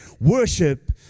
worship